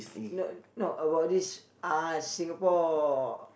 no no about this uh Singapore